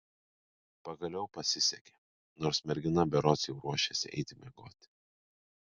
pagaliau pasisekė nors mergina berods jau ruošėsi eiti miegoti